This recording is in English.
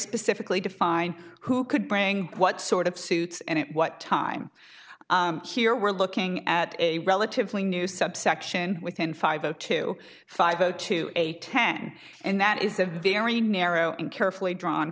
specifically define who could bring what sort of suits and it what time here we're looking at a relatively new subsection within five zero two five zero to a ten and that is a very narrow and carefully drawn